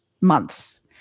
months